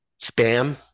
Spam